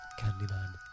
Candyman